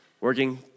working